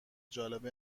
جالب